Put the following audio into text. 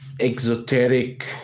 Exoteric